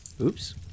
Oops